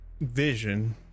vision